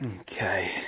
okay